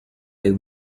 del